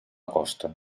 costa